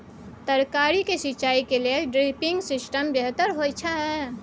तरकारी के सिंचाई के लेल ड्रिपिंग सिस्टम बेहतर होए छै?